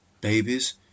Babies